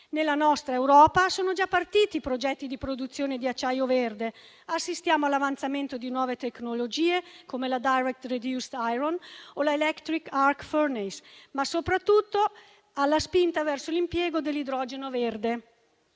Nella nostra Europa sono già partiti i progetti di produzione di acciaio verde: assistiamo all'avanzamento di nuove tecnologie, come la *direct reduced iron* o la *electric arc furnace*, ma soprattutto alla spinta verso l'impiego dell'idrogeno verde.